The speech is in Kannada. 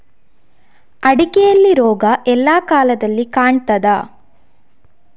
ಅಡಿಕೆಯಲ್ಲಿ ರೋಗ ಎಲ್ಲಾ ಕಾಲದಲ್ಲಿ ಕಾಣ್ತದ?